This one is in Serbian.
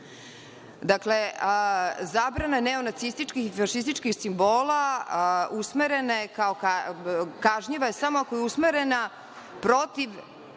Dakle, zabrana neonacističkih i fašističkih simbola kažnjiva je samo ako je usmerena protiv